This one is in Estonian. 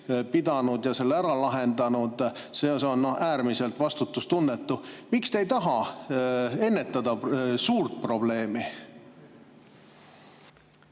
pidanud ja selle ära lahendanud, on äärmiselt vastutustundetu. Miks te ei taha ennetada suurt probleemi?